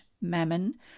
Mammon